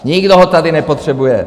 Nikdo ho tady nepotřebuje.